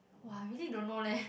!wah! I really don't know leh